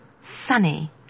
sunny